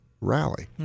rally